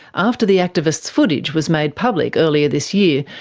after the activists' footage was made public earlier this year,